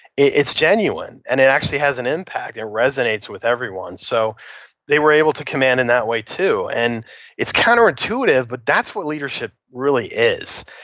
it's genuine. and it actually has an impact. it resonates with everyone. so they were able to command in that way too and it's counterintuitive but that's what leadership really is.